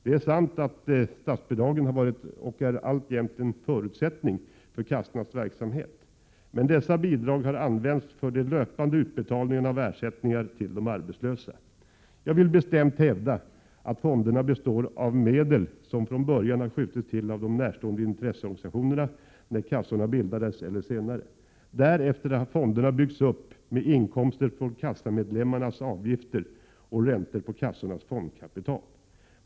Det är sant att statsbidragen har varit och alltjämt är en förutsättning för kassornas verksamhet, men dessa bidrag har använts för de löpande utbetalningarna av ersättningar till de arbetslösa. Jag vill bestämt hävda att fonderna består av medel som från 107 början har skjutits till av de närstående intresseorganisationerna när kassorna bildades eller senare. Därefter har fonderna byggts upp med inkomster från kassamedlemmarnas avgifter och räntor på kassornas fondkapital.